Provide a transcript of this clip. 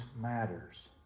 matters